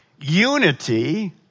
unity